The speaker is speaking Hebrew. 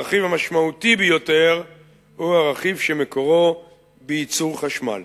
הרכיב המשמעותי ביותר הוא הרכיב שמקורו בייצור חשמל.